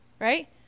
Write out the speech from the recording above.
Right